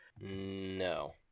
No